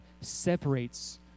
separates